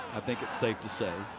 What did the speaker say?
i think it's safe to say,